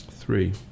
three